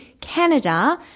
Canada